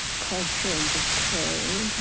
cultural decay,